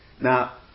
Now